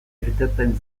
irteten